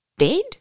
bed